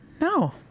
No